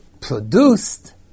produced